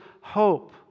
hope